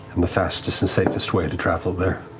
and the fastest and safest way to travel there.